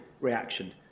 reaction